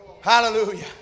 Hallelujah